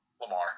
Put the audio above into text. Lamar